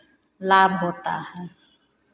लाभ होता है